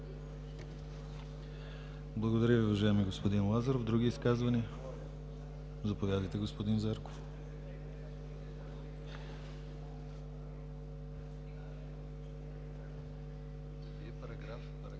Благодаря Ви, уважаеми господин Лазаров. Други изказвания? Заповядате, господин Зарков. КРУМ